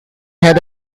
had